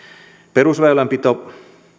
perusväylänpito